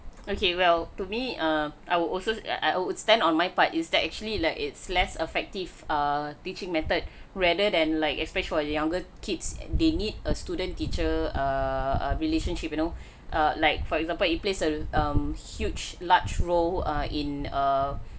okay well to me err I will also like I would stand on my part is that actually like it's less effective err teaching method rather than like especially for younger kids they need a student teacher err err relationship you know err like for example you place a huge large role in a